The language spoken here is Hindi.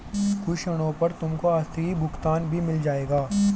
कुछ ऋणों पर तुमको आस्थगित भुगतान भी मिल जाएंगे